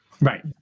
Right